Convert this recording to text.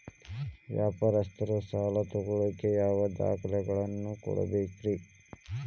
ವ್ಯಾಪಾರಸ್ಥರು ಸಾಲ ತಗೋಳಾಕ್ ಯಾವ ದಾಖಲೆಗಳನ್ನ ಕೊಡಬೇಕ್ರಿ?